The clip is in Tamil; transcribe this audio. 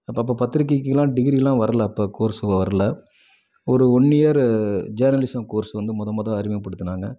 அப்போ அப்போ பத்திரிக்கைக்கிலாம் டிகிரிலாம் வரலை அப்போ கோர்ஸு வரலை ஒரு ஒன் இயரு ஜேர்னலிசம் கோர்ஸ் வந்து மொதல் மொதல் அறிமுகப்படுத்தினாங்க